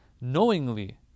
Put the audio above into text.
knowingly